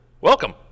Welcome